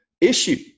issue